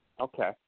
Okay